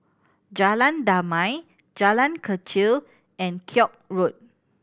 Jalan Damai Jalan Kechil and Koek Road